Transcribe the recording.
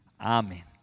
Amen